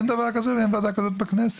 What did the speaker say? אין דבר כזה ואין ועדה כזאת בכנסת.